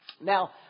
Now